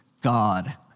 God